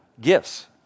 Gifts